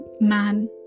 man